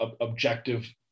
objective